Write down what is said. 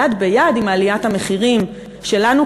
יד ביד עם עליית המחירים שלנו,